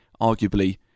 arguably